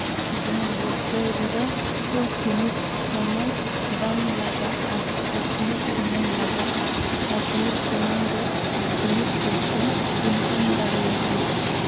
ᱡᱮᱢᱚᱱ ᱵᱮᱵᱽᱥᱟᱭ ᱨᱮᱫᱚ ᱥᱤᱢᱤᱛ ᱥᱚᱢᱚᱭ ᱵᱟᱝ ᱞᱟᱜᱟᱜᱼᱟ ᱟᱨ ᱥᱤᱢᱤᱛ ᱥᱚᱢᱚᱭ ᱨᱮ ᱥᱤᱢᱤᱛ ᱯᱩᱭᱥᱟᱹᱢ ᱤᱱᱠᱟᱢ ᱫᱟᱲᱮᱭᱟᱜᱼᱟ